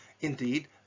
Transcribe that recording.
Indeed